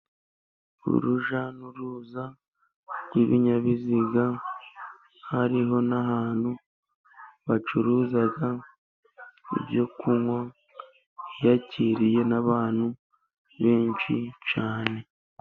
Urujya n'uruza rw'ibinyabiziga, hariho n'ahantu bacuruza ibyokunywa, biyakiriye n'abantu benshi cyane.